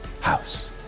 house